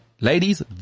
ladies